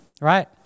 Right